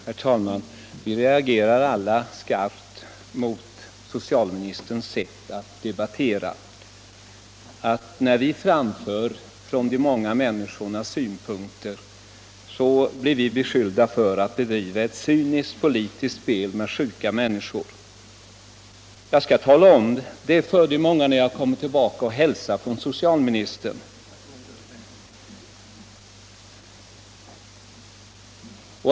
Herr talman! Vi reagerar alla skarpt mot socialministerns sätt att debattera. När vi framför de många människornas synpunkter blir vi beskyllda för att driva ett cyniskt politiskt spel med sjuka människor. Jag skall tala om detta för de många när jag träffar dem och hälsa från socialministern.